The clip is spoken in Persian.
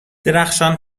درخشان